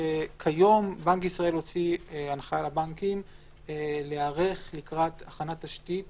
שכיום בנק ישראל הוציא הנחיה לבנקים להיערך לקראת הכנת תשתית